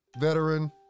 veteran